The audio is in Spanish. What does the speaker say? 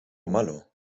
malo